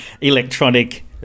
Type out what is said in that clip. electronic